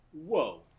whoa